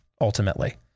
Ultimately